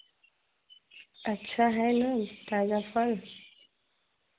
अच्छा है ना ताज़ा फल